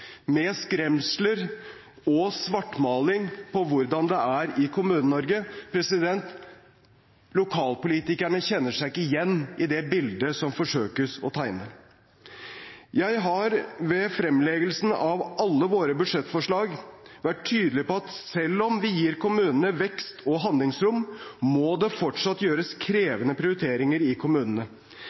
med skremsler og svartmaling av hvordan det er i Kommune-Norge. Lokalpolitikerne kjenner seg ikke igjen i det bildet som forsøkes tegnet. Jeg har ved fremleggelsen av alle våre budsjettforslag vært tydelig på at selv om vi gir kommunene vekst og handlingsrom, må det fortsatt gjøres krevende prioriteringer i kommunene.